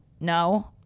No